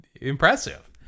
impressive